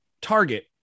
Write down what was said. target